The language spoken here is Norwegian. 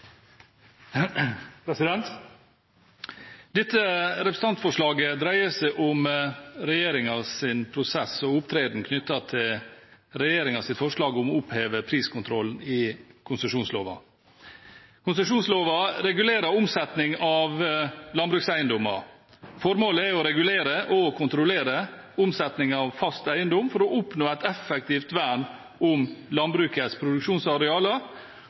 Dette representantforslaget dreier seg om regjeringens prosess og opptreden knyttet til regjeringens forslag om å oppheve priskontrollen i konsesjonsloven. Konsesjonsloven regulerer omsetning av landbrukseiendommer. Formålet er å regulere og kontrollere omsetningen av fast eiendom for å oppnå et effektivt vern om landbrukets produksjonsarealer